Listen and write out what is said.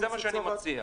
זה מה שאני מציע.